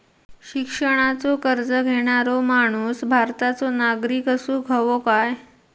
शिक्षणाचो कर्ज घेणारो माणूस भारताचो नागरिक असूक हवो काय?